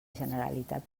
generalitat